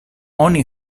oni